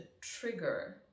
trigger